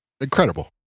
incredible